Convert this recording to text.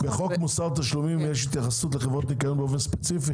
בחוק מוסר התשלומים יש התייחסות לחברות ניקיון באופן ספציפי?